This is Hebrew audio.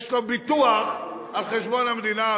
יש לו ביטוח על חשבון המדינה,